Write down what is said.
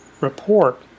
report